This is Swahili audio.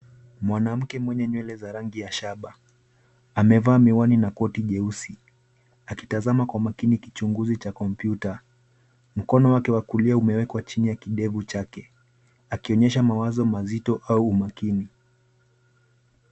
Mwanamke mwenye nywele za rangi ya shaba amevaa miwani na koti jeusi. Akitazama kwa makini kichunguzi cha kompyuta. Mkono wake wa kulia umewekwa chini ya kidevu chake, akionyesha mawazo mazito au umakini.